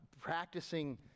practicing